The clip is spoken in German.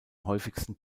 häufigsten